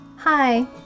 Hi